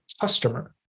customer